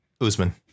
Usman